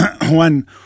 one